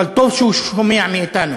אבל טוב שהוא שומע מאתנו: